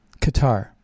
Qatar